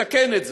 לתקן את זה,